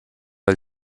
del